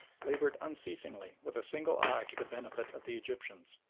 laboured unceasingly with a single eye to the benefit of the egyptians.